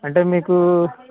అంటే మీకూ